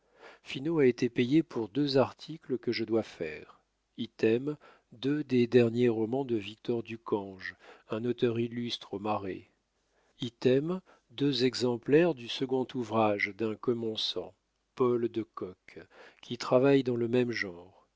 finot a été payé pour deux articles que je dois faire item deux des derniers romans de victor ducange un auteur illustre au marais item deux exemplaires du second ouvrage d'un commençant paul de kock qui travaille dans le même genre